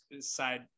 side